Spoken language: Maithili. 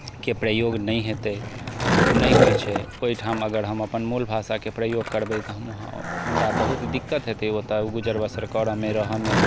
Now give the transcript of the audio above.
के प्रयोग नहि हेतै नहि होइ छै ओहिठाम अगर हम अपन मूल भाषा के प्रयोग करबै तऽ हम वहाँ हमरा बहुत दिक्कत हेतै ओतऽ गुजर बसर करऽ मे रहऽ मे